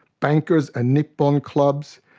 bankers and nippon clubs,